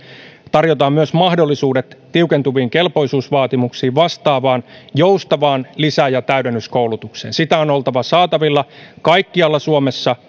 tarjotaan myös mahdollisuudet tiukentuviin kelpoisuusvaatimuksiin vastaavaan joustavaan lisä ja täydennyskoulutukseen sitä on oltava saatavilla kaikkialla suomessa